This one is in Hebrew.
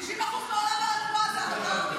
50% מעולם הרפואה זה החברה הערבית,